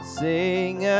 sing